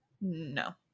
no